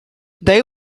they